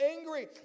angry